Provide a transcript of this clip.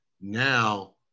Now